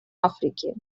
африки